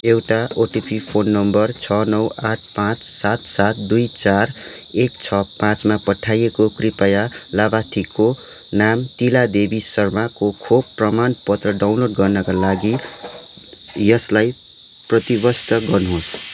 एउटा OTP phone number छ नौ आठ पाँच सात सात दुई चार एक छ पाँचमा पठाइएको छ कृपया लाभार्थीको नाम तिली देवी शर्माको खोप प्रमाणपत्र डाउनलोड गर्नाका लागि यसलाई प्रविष्ट गर्नुहोस्